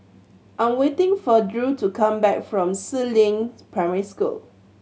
I am waiting for Drew to come back from Si Ling Primary School